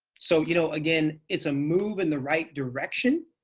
so you know again, it's a move in the right direction.